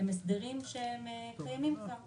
קיימים כבר.